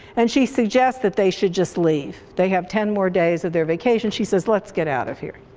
and she suggests that they should just leave. they have ten more days of their vacation, she says let's get out of here.